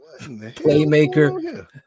Playmaker